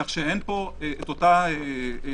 כך שאין פה אותן אמירות.